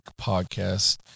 podcast